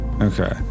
Okay